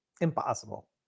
impossible